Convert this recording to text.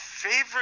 Favorite